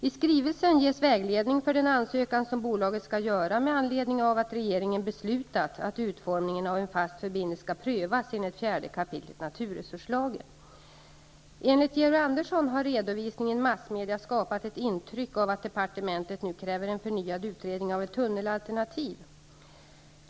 I skrivelsen ges vägledning för den ansökan som bolaget skall göra med anledning av att regeringen beslutat att utformningen av en fast förbindelse skall prövas enligt 4 kap. naturresurslagen. Enligt Georg Andersson har redovisningen i massmedia skapat ett intryck av att departementet nu kräver en förnyad utredning av ett tunnelalternativ.